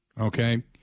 Okay